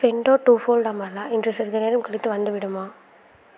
ஃபென்டோ two fold umbrella இன்று சிறிது நேரம் கழித்து வந்துவிடுமா